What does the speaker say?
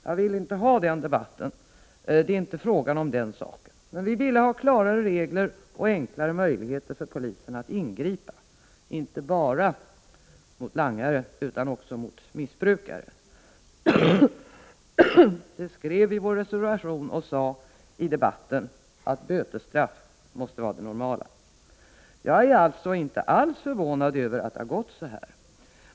Jag vill inte ha den debatten. Det är inte frågan om den saken. Men vi ville ha klarare regler och enklare möjligheter för polisen att ingripa, inte bara mot langare utan också mot missbrukare. Vi skrev i vår reservation och sade i debatten att bötesstraff måste vara det normala. Jag är alltså inte alls förvånad över att det har gått så här.